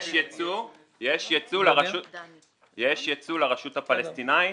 יש יצוא לרשות הפלסטינית.